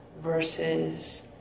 versus